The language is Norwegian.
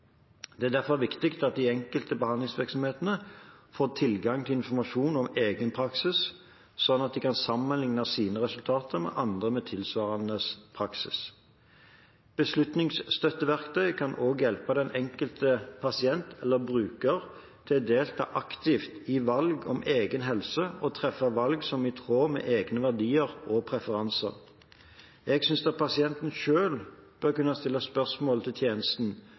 Det er derfor viktig at de enkelte behandlervirksomheter får tilgang til informasjon om egen praksis – slik at de kan sammenligne sine resultater med andre med tilsvarende praksis. Beslutningsstøtteverktøy kan også hjelpe den enkelte pasient eller bruker til å delta aktivt i valg som gjelder egen helse og treffe valg som er i tråd med egne verdier og preferanser. Jeg synes pasientene selv bør kunne stille spørsmål til